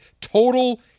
Total